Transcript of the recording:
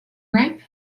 ripe